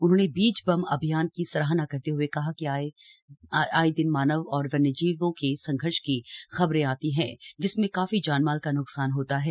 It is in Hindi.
उन्होंने बीज बम अभियान की सराहना करते हुए कहा कि आये दिन मानव और वन्यजीवों के संघर्ष की खबरें आती है जिसमें काफी जान माल का न्कसान होता है